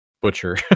butcher